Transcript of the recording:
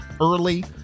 early